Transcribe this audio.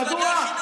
מדוע?